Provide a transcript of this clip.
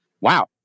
Wow